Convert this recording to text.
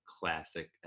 classic